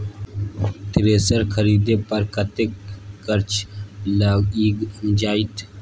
Thresher खरीदे पर कतेक खर्च लाईग जाईत?